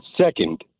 second